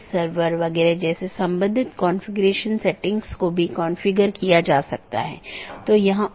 इसलिए जब कोई असामान्य स्थिति होती है तो इसके लिए सूचना की आवश्यकता होती है